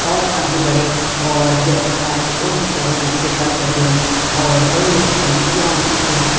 और आगे बढ़े और ये अपना कार्य और सुचारू रूप से कर सकें और कई ऐसी समितियाँ होती हैं